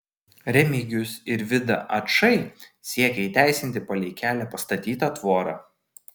remigijus ir vida ačai siekia įteisinti palei kelią pastatytą tvorą